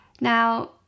Now